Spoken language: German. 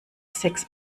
sechs